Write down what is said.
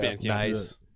Nice